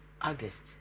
August